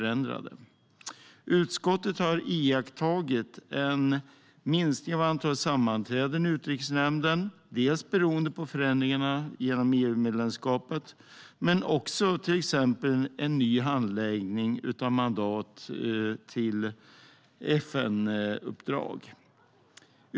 Granskning av statsrådens tjänste-utövning och regeringsärendenas handläggning Utskottet har iakttagit en minskning av antalet sammanträden i Utrikesnämnden, dels beroende på förändringarna genom EU-medlemskapet, dels till exempel genom en ny handläggning av mandat till FN-uppdrag.